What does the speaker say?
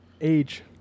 Age